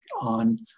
on